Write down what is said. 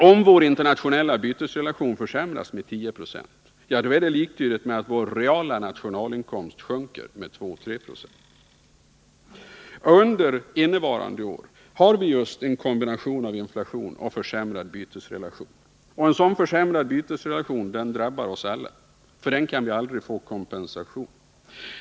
Om vår internationella bytesrelation försämras med 10 9 är det liktydigt med att vår reala nationalinkomst sjunker med 2-3 4. Under detta år har vi just en kombination av inflation och försämrad bytesrelation. En försämrad bytesrelation drabbar oss alla. Den kan vi aldrig få kompensation för.